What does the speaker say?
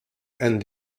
and